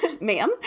Ma'am